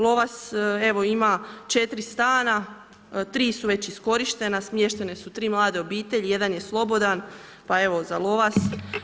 Lovas evo ima 4 stana, 3 su već iskorištena, smještene su 3 mlade obitelji, jedan je slobodan, pa evo, za Lovac.